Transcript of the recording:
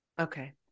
Okay